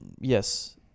Yes